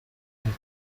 and